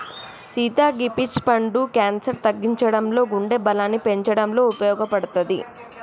సీత గీ పీచ్ పండు క్యాన్సర్ తగ్గించడంలో గుండె బలాన్ని పెంచటంలో ఉపయోపడుతది